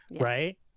Right